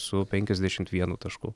su penkiasdešimt vienu tašku